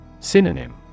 Synonym